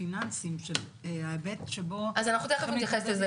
הפיננסיים של ההיבט שבו --- אז אנחנו תיכף נתייחס לזה,